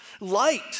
Light